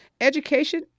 education